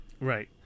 Right